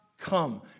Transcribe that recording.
come